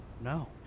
no